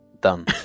done